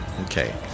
Okay